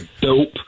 Dope